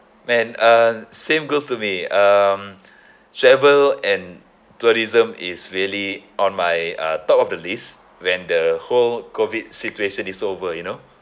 man uh same goes to me um travel and tourism is really on my uh top of the list when the whole COVID situation is over you know